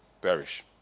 perish